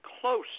close